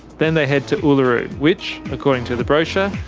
then they head to uluru which, according to the brochure,